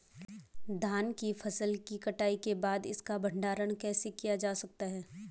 धान की फसल की कटाई के बाद इसका भंडारण कैसे किया जा सकता है?